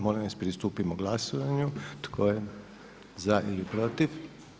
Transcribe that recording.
Molim vas pristupimo glasovanju tko je za ili protiv.